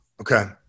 Okay